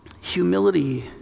humility